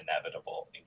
inevitable